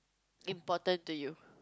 important to you